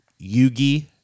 Yugi